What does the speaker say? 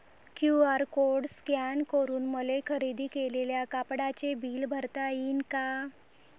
QR code scan करून मले खरेदी केलेल्या कापडाचे बिल भरता यीन का?